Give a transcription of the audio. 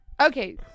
Okay